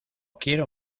quiero